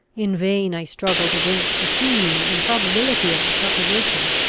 in vain i struggled against the seeming improbability of the supposition.